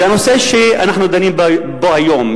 זה הנושא שאנחנו דנים בו היום,